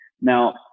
now